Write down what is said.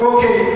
Okay